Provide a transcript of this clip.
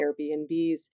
Airbnbs